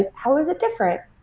and how is it different?